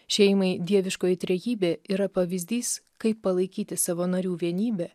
šeimai dieviškoji trejybė yra pavyzdys kaip palaikyti savo narių vienybę